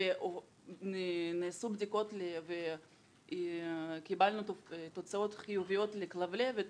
נעשו בדיקות וקיבלנו תוצאות חיוביות לכלבלבת,